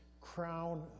Crown